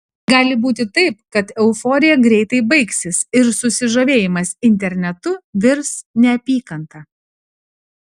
gali būti taip kad euforija greitai baigsis ir susižavėjimas internetu virs neapykanta